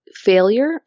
failure